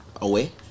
away